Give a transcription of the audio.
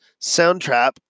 Soundtrap